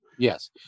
Yes